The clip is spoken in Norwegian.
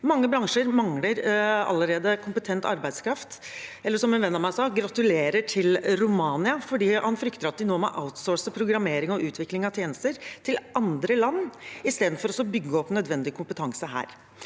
Mange bransjer mangler allerede kompetent arbeidskraft. Eller som en venn av meg sa: Gratulerer til Romania. Han frykter at de nå må outsource programmering og utvikling av tjenester til andre land istedenfor å bygge opp nødvendig kompetanse her.